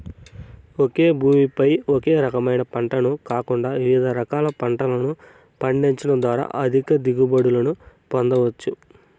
ఒకే భూమి పై ఒకే రకమైన పంటను కాకుండా వివిధ రకాల పంటలను పండించడం ద్వారా అధిక దిగుబడులను పొందవచ్చు